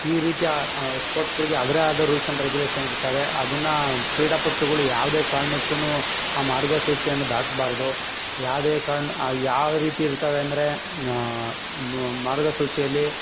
ಈ ರೀತಿ ಸ್ಪೋರ್ಟ್ಸ್ಗಳ್ಗೆ ಅದರೇ ಆದ ರೂಲ್ಸ್ ಆ್ಯಂಡ್ ರೆಗ್ಯುಲೇಷನ್ ಇರ್ತವೆ ಅದನ್ನು ಕ್ರೀಡಾಪಟುಗಳು ಯಾವುದೇ ಕಾರಣಕ್ಕೂನು ಆ ಮಾರ್ಗಸೂಚಿಯನ್ನು ದಾಟಬಾರ್ದು ಯಾವುದೇ ಕಾರಣ ಯಾವ ರೀತಿ ಇರ್ತವೆ ಅಂದರೆ ಮಾರ್ಗಸೂಚಿಯಲ್ಲಿ